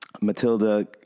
Matilda